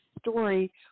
story